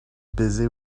busy